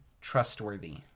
trustworthy